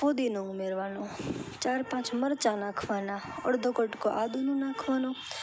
ફૂદીનો ઉમેરવાનો ચાર પાંચ મરચાં નાખવાના અડધો કટકો આદુંનો નાખવાનો